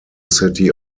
city